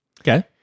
Okay